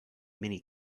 many